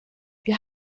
wir